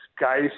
guys